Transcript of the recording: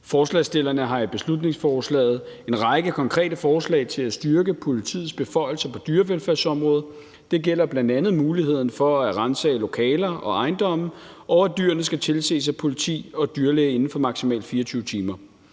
Forslagsstillerne har i beslutningsforslaget en række konkrete forslag til at styrke politiets beføjelser på dyrevelfærdsområdet. Det gælder bl.a. muligheden for at ransage lokaler og ejendomme, og at dyrene skal tilses af politi og dyrlæge inden for maksimalt 24 timer.